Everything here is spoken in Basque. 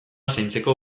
zaintzeko